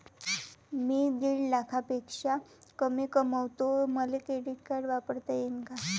मी दीड लाखापेक्षा कमी कमवतो, मले क्रेडिट कार्ड वापरता येईन का?